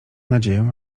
nadzieję